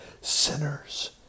sinners